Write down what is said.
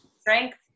strength